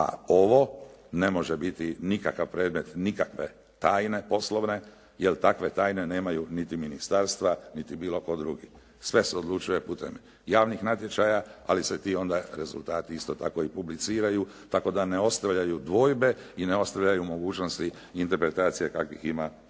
a ovo ne može biti nikakav predmet nikakve tajne poslovne jer takve tajne nemaju niti ministarstva, niti bilo tko drugi. Sve se odlučuje putem javih natječaja, ali se ti onda rezultati isto tako i publiciraju, tako da ne ostavljaju dvojbe i ne ostavljaju mogućnosti interpretacija kakvih ima veoma